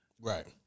Right